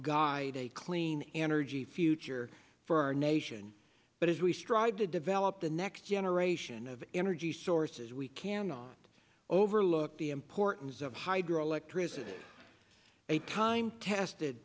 guide a clean energy future for our nation but as we strive to develop the next generation of energy sources we cannot overlook the importance of hydro electricity a time tested